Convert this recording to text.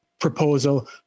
Proposal